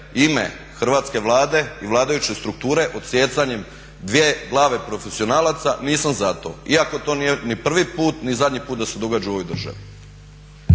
ime hrvatske Vlade i vladajuće strukture odsijecanjem dvije glave profesionalaca nisam za to iako to nije ni prvi put, ni zadnji put da se događa u ovoj državi.